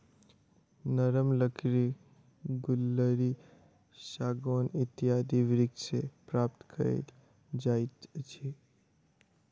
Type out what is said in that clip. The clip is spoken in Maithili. नरम लकड़ी गुल्लरि, सागौन इत्यादि वृक्ष सॅ प्राप्त कयल जाइत अछि